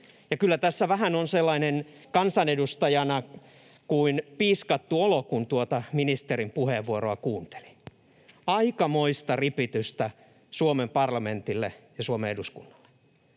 Ja kyllä tässä on kansanedustajana vähän sellainen piiskattu olo, kun tuota ministerin puheenvuoroa kuunteli. Aikamoista ripitystä Suomen parlamentille, Suomen eduskunnalle,